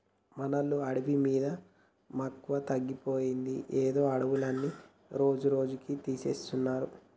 మనోళ్ళకి అడవి మీద మక్కువ తగ్గిపోయిందో ఏందో అడవులన్నీ రోజురోజుకీ తీసేస్తున్నారు